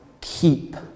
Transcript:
keep